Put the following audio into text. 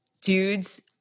dudes